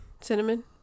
Cinnamon